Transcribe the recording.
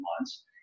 months